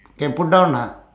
can put down ah